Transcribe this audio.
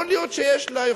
יכול להיות שיש לה,